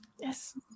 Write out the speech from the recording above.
Yes